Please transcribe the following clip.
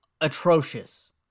atrocious